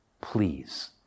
please